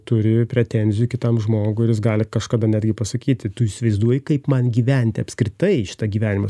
turi pretenzijų kitam žmogui ir jis gali kažkada netgi pasakyti tu įsivaizduoji kaip man gyventi apskritai šitą gyvenimą